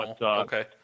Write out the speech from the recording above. Okay